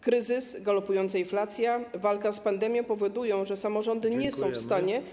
Kryzys, galopująca inflacja, walka z pandemią powodują, że samorządy nie są w stanie.